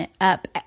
up